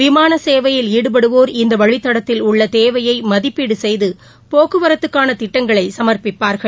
விமான சேவையில் ாடுபடுவோர் இந்த வழித்தடத்தில் உள்ள தேவையை மதிப்பீடு செய்து போக்குவரத்துக்கான திட்டங்களை சமர்ப்பிப்பார்கள்